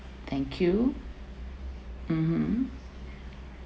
thank you mmhmm